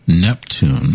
Neptune